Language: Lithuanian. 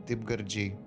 taip gardžiai